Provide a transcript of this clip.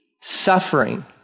suffering